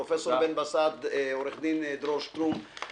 פרופ' בן בסט, עורך דין דרור שטרום.